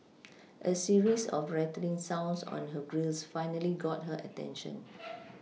a series of rattling sounds on her grilles finally got her attention